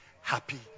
happy